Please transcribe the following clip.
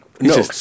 No